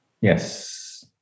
Yes